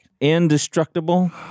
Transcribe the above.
Indestructible